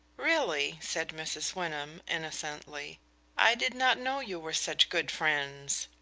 really? said mrs. wyndham, innocently i did not know you were such good friends.